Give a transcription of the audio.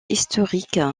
historique